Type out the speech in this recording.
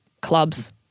clubs